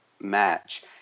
match